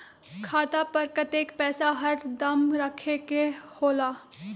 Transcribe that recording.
खाता पर कतेक पैसा हरदम रखखे के होला?